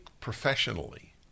professionally